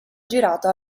girato